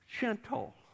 gentle